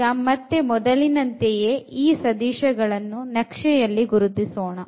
ಈಗ ಮತ್ತೆ ಮೊದಲಿನಂತೆಯೇ ಈ ಸದಿಶಗಳನ್ನು ನಕ್ಷೆಯಲ್ಲಿ ಗುರುತಿಸೋಣ